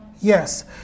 Yes